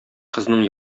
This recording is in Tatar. кызның